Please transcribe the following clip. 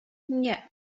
nie